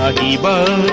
nba